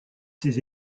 ses